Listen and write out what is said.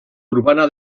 urbana